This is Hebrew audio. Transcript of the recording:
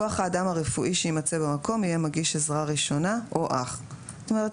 כוח האדם הרפואי שיימצא במקום יהיה מגיש עזרה ראשונה או אח," זאת אומרת,